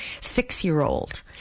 six-year-old